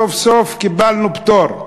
סוף-סוף קיבלנו פטור,